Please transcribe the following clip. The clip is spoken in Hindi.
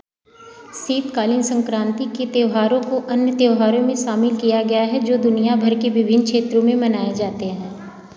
शीतकालीन संक्रांति के त्यौहारों को अन्य त्योहारों में शामिल किया गया है जो दुनिया भर के विभिन्न क्षेत्रों में मनाए जाते हैं